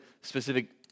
specific